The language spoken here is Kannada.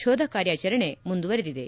ಶೋಧ ಕಾರ್ಯಾಚರಣೆ ಮುಂದುವರೆದಿದೆ